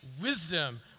wisdom